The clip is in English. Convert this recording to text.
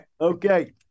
Okay